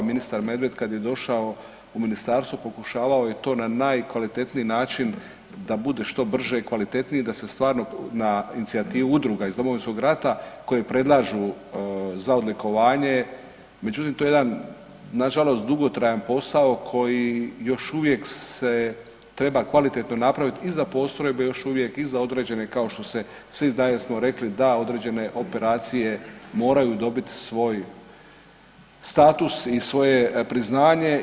Ministar Medved kad je došao u ministarstvo pokušavao je to na najkvalitetniji način da bude što brže i kvalitetnije da se stvarno na inicijativu udruga iz Domovinskog rata koje predlažu za odlikovanje, međutim to je jedan nažalost dugotrajan posao koji još uvijek se treba kvalitetno napraviti i za postrojbe još uvijek i za određene kao što se svi znaju smo rekli da određene operacije moraju dobiti svoj status i svoje priznaje.